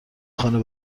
خانه